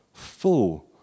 full